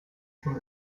for